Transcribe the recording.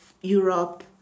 Europe